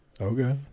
Okay